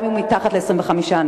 גם אם יש בו פחות מ-25 אנשים.